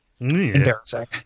embarrassing